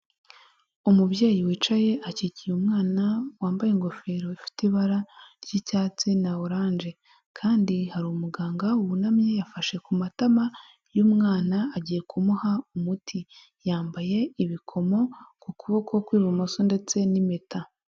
Umubyeyi wicaye, akikiye umwana wambaye ingofero ifite ibara ry'icyatsi na orange. Kandi hari umuganga wunamye yafashe ku matama y'umwana agiye kumuha umuti. Yambaye ibikomo ku kuboko kw'ibumoso ndetse n'impeta.